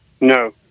No